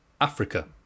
Africa